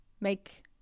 make